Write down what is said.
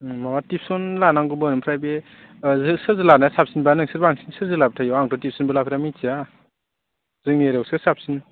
माबा टिउसन लानांगौमोन ओमफ्राय बे सोरजों लानाया साबसिन दा नोंसोर बांसिन सोरजों लाबाय थायो आंथ' टिउसनबो लाफेरा मिन्थिया जोंनि एरियायाव सोर साबसिन